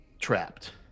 trapped